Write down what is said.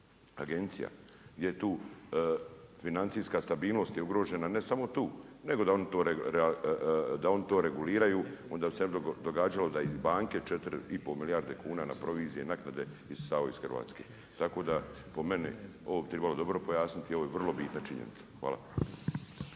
agencija? Gdje je tu financijska stabilnost je ugrožena ne samo tu, nego da oni to reguliraju onda se ne bi događalo da i banke 4 i pol milijarde kuna na provizije naknade isisavaju iz Hrvatske. Tako da, po meni ovo bi tribalo dobro pojasniti, ovo je vrlo bitna činjenica. Hvala.